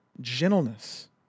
gentleness